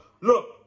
look